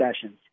sessions